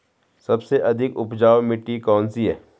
सबसे अधिक उपजाऊ मिट्टी कौन सी है?